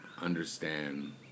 understand